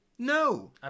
No